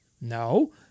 No